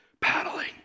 paddling